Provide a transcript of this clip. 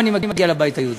עכשיו אני מגיע לבית היהודי.